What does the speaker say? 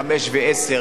חמש או עשר.